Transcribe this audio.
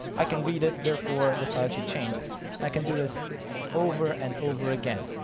i can read it, therefore the slide sheet changes and i can do this over and over again.